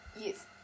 yes